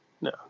no